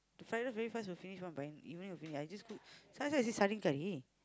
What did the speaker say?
the fried rice very fast will finish one but even if you~ I just cook